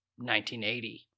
1980